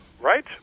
Right